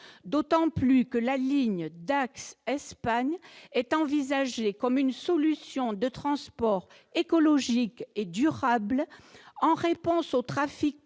D'autant plus que la ligne Dax-Espagne est envisagée comme une solution de transport écologique et durable en réponse au trafic de